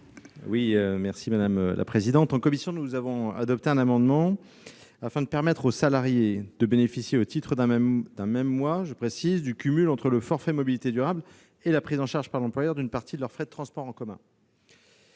936 et 430 rectifié ? En commission, nous avons adopté un amendement visant à permettre aux salariés de bénéficier, au titre d'un même mois, du cumul entre le forfait mobilités durables et la prise en charge par l'employeur d'une partie de leurs frais de transport en commun.